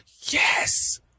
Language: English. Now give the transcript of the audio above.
Yes